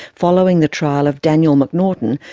following the trial of daniel m'naghten,